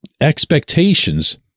expectations